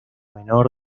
menor